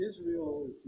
Israel